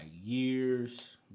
years